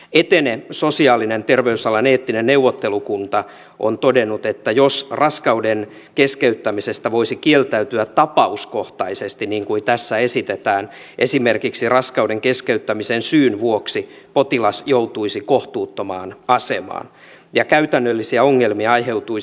etene sosiaali ja terveysalan eettinen neuvottelukunta on todennut että jos raskauden keskeyttämisestä voisi kieltäytyä tapauskohtaisesti niin kuin tässä esitetään esimerkiksi raskauden keskeyttämisen syyn vuoksi potilas joutuisi kohtuuttomaan asemaan ja käytännöllisiä ongelmia aiheutuisi